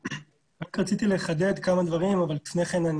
רק רציתי לחדד כמה דברים אבל לפני כן,